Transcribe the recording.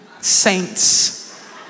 saints